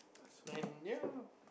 and ya